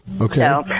Okay